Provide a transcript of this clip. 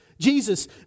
Jesus